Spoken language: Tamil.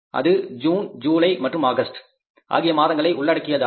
அது ஜூன் ஜூலை மற்றும் ஆகஸ்ட் ஆகிய மாதங்களை உள்ளடக்கியதாகும்